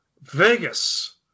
Vegas